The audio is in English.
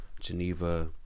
Geneva